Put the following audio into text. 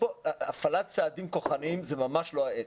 הפעלת צעדים כוחניים זה ממש לא העת.